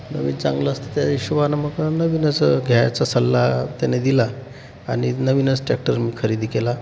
नवीन चांगलं असते त्या हिशोबानं मग नवीनच घ्यायचा सल्ला त्याने दिला आणि नवीनच टॅक्टर मी खरेदी केला